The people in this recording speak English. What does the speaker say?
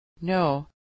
No